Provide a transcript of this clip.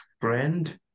friend